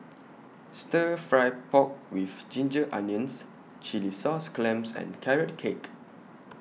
Stir Fry Pork with Ginger Onions Chilli Sauce Clams and Carrot Cake